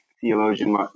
theologian